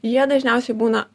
jie dažniausiai būna